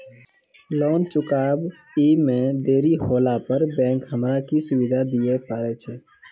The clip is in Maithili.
लोन चुकब इ मे देरी होला पर बैंक हमरा की सुविधा दिये पारे छै?